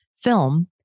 film